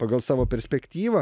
pagal savo perspektyvą